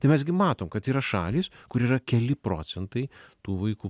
tai mes gi matom kad yra šalys kur yra keli procentai tų vaikų